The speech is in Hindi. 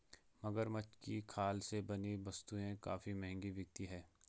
मगरमच्छ की खाल से बनी वस्तुएं काफी महंगी बिकती हैं